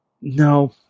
No